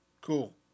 Cool